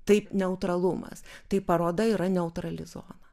taip neutralumas tai paroda yra neutrali zona